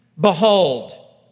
Behold